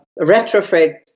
retrofit